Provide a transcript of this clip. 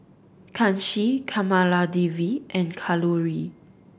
Kanshi Kamaladevi and Kalluri